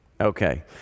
okay